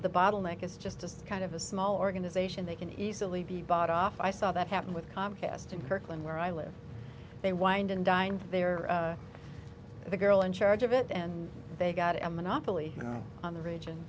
the bottleneck is just kind of a small organization that can easily be bought off i saw that happen with comcast in kirkland where i live they wined and dined there the girl in charge of it and they got a monopoly on the region